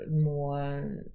more